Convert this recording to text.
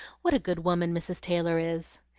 what a good woman mrs. taylor is!